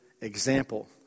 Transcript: example